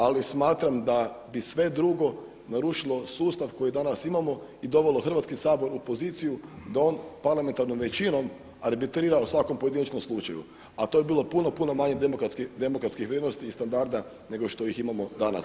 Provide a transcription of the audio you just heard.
Ali smatram da bi sve drugo narušilo sustav koji danas imamo i dovelo Hrvatski sabor u poziciju da on parlamentarnom većinom arbitrira u svakom pojedinačnom slučaju, a to bi bilo puno, puno manjih demokratskih vrijednosti i standarda nego što ih imamo danas.